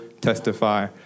testify